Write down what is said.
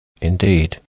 Indeed